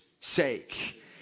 sake